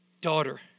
daughter